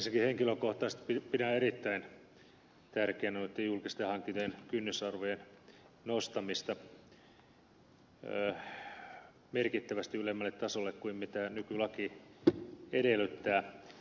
ensinnäkin henkilökohtaisesti pidän erittäin tärkeänä julkisten hankintojen kynnysarvojen nostamista merkittävästi ylemmälle tasolle kuin mitä nykylaki edellyttää